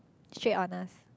straight honest